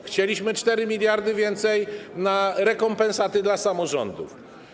Chcieliśmy o 4 mld więcej na rekompensaty dla samorządów.